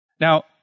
Now